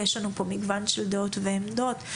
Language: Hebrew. יש לנו מגוון של דעות ועמדות.